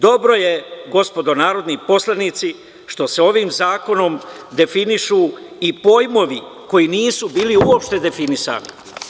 Dobro je, gospodo narodni poslanici što se ovim zakonom definišu i pojmovi koji nisu bili uopšte definisani.